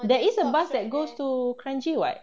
there is a bus that goes to kranji [what]